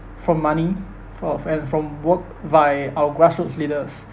from money for and from work via our grassroots leaders